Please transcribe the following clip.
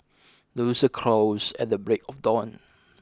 the rooster crows at the break of dawn